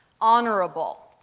honorable